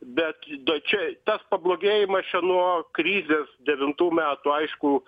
bet čia tas pablogėjimas čia nuo krizės devintų metų aišku